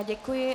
Děkuji.